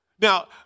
Now